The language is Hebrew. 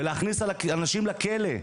ולהכניס אנשים לכלא.